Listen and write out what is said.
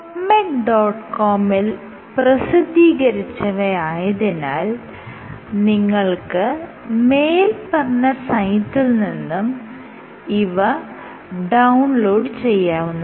com മിൽ പ്രസിദ്ധീകരിച്ചവയായതിനാൽ നിങ്ങൾക്ക് മേല്പറഞ്ഞ സൈറ്റിൽ നിന്നും ഇവ ഡൌൺലോഡ് ചെയ്യാവുന്നതാണ്